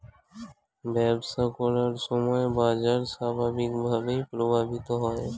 ব্যবসা করার সময় বাজার স্বাভাবিকভাবেই প্রভাবিত হয়